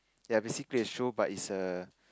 ya basically a show but is a